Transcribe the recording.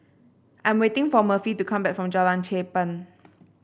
I'm waiting for Murphy to come back from Jalan Cherpen